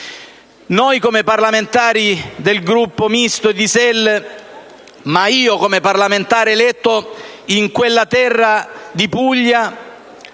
Noi come parlamentari del Gruppo Misto-SEL, e anche io come parlamentare eletto in quella terra di Puglia,